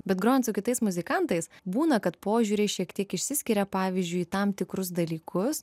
bet grojant su kitais muzikantais būna kad požiūriai šiek tiek išsiskiria pavyzdžiui tam tikrus dalykus